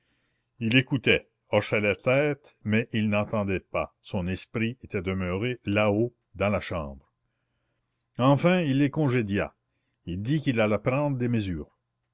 il écoutait hochait la tête mais il n'entendait pas son esprit était demeuré là-haut dans la chambre enfin il les congédia il dit qu'il allait prendre des mesures